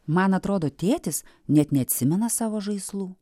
man atrodo tėtis net neatsimena savo žaislų